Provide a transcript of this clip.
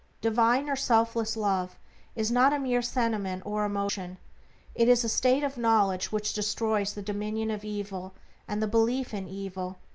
divine or selfless love is not a mere sentiment or emotion it is a state of knowledge which destroys the dominion of evil and the belief in evil,